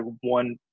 one